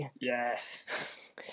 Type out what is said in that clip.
Yes